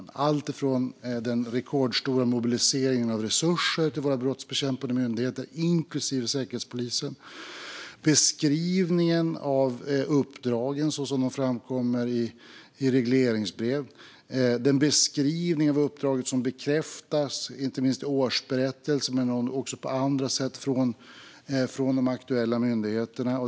Det gäller alltifrån den rekordstora mobiliseringen av resurser till våra brottsbekämpande myndigheter, inklusive Säkerhetspolisen, till beskrivningen av uppdragen så som de framkommer i regleringsbrev och den beskrivning av uppdraget som bekräftas, inte minst i årsberättelser men också på andra sätt, från de aktuella myndigheterna.